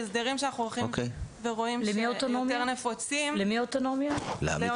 אם מחר יש לו ויכוח עם